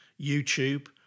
youtube